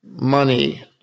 money